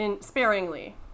sparingly